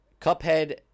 Cuphead